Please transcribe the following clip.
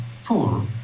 Four